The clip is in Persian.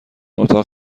اتاق